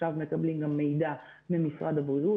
עכשיו אנחנו מקבלים גם מידע ממשרד הבריאות,